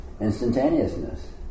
instantaneousness